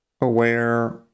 aware